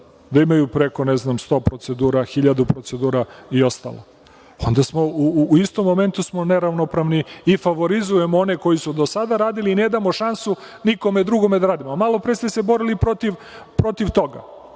da imaju preko, ne znam, 100 procedura, 1.000 procedura i ostalo? U istom momentu smo neravnopravni i favorizujemo one koji su do sada radili i ne damo šansu nikom drugom da radi. Malopre ste se borili protiv